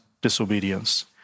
disobedience